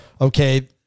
Okay